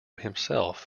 himself